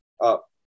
up